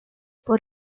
por